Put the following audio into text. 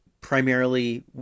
primarily